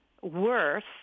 worth